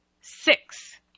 six